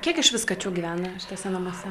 kiek išvis kačių gyvena šituose namuose